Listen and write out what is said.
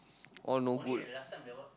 all no good